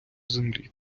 землі